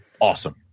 awesome